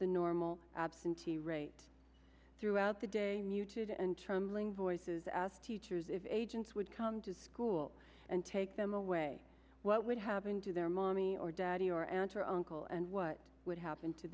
the nor all absentee rate throughout the day muted and trembling voices asked teachers if agents would come to school and take them away what would happen to their mommy or daddy or aunt or uncle and what would happen to